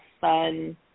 fun